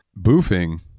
boofing